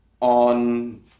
on